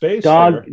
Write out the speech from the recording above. dog